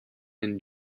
and